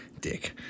Dick